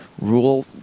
rule